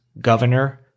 governor